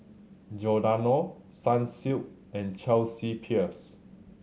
Giordano Sunsilk and Chelsea Peers